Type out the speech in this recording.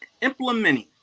implementing